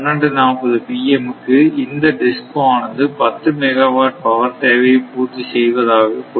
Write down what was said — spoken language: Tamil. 40 pm க்கு இந்த DISCO ஆனது 10 மெகாவாட் பவர் சேவையை பூர்த்தி செய்வதாக கொள்வோம்